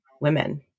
women